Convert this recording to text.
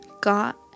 got